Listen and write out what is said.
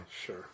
Sure